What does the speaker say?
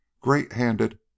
great-handed